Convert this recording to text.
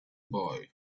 boy